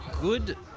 good